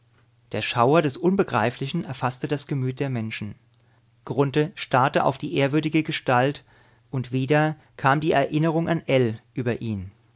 der schauer des unbegreiflichen erfaßte das gemüt der menschen grunthe starrte auf die ehrwürdige gestalt und wieder kam die erinnerung an ell über ihn